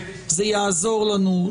זה יעזור לנו,